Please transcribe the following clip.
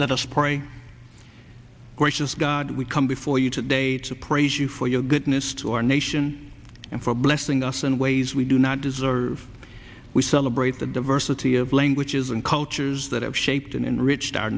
let us pray gracious god we come before you today to praise you for your goodness to our nation and for blessing us in ways we do not deserve we celebrate the diversity of languages and cultures that have shaped and enriched our